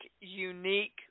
unique